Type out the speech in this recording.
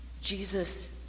Jesus